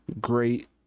great